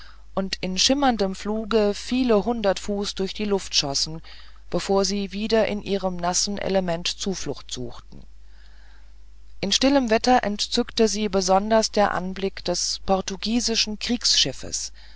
und in schimmerndem flug viele hundert fuß durch die luft schossen bevor sie wieder in ihrem nassen element zuflucht suchten in stillem wetter entzückte sie besonders der anblick des portugiesischen kriegsschiffes